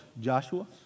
Joshua